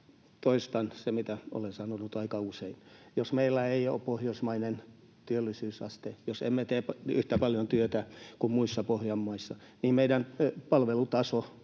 Toistan sen, mitä olen sanonut aika usein. Jos meillä ei ole pohjoismaista työllisyysastetta, jos emme tee yhtä paljon työtä kuin muissa Pohjoismaissa, niin meidän palvelutaso,